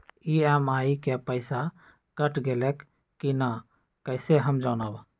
EMI के पईसा cut गेलक कि ना कइसे हम जानब?